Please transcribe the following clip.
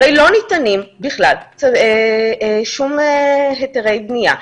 הרי לא ניתנים בכלל שום היתרי בנייה.